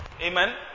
Amen